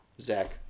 Zach